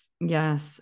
Yes